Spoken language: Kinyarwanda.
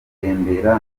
gutembera